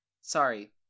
Sorry